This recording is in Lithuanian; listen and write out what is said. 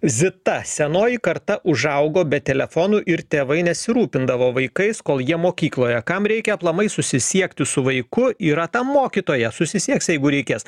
zita senoji karta užaugo be telefonų ir tėvai nesirūpindavo vaikais kol jie mokykloje kam reikia aplamai susisiekti su vaiku yra tam mokytoja susisieks jeigu reikės